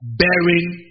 bearing